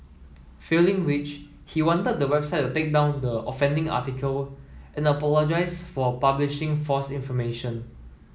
failing which he wanted the website take down the offending article and apologise for publishing false information